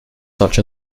such